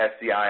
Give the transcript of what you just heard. SCI